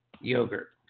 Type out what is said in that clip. yogurt